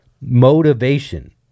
motivation